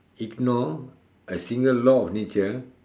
ignore a single law nature